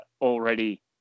already